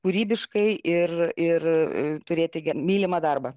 kūrybiškai ir ir turėti mylimą darbą